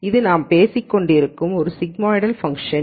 இது நாம் பேசிக் கொண்டிருக்கும் ஒரு சிக்மாய்டல் ஃபங்ஷன்